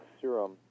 serum